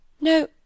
No